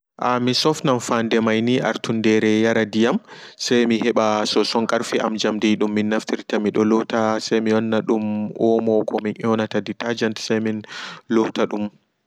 A'a misofnan fande maini artundere yara diyam sai miheɓa soson karfe am jamdi dum minnaftirta omo dum detergent semi lotadum.